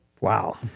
Wow